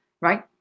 Right